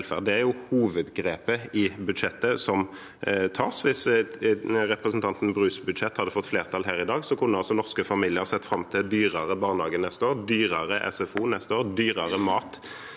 Det er hovedgrepet som tas i budsjettet. Hvis representanten Brus budsjett hadde fått flertall her i dag, kunne altså norske familier sett fram til dyrere barnehage neste år, dyrere SFO neste år, dyrere mat